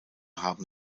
haben